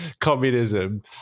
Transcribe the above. communism